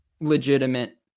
legitimate